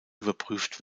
überprüft